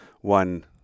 one